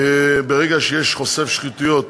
ברגע שיש חושף שחיתויות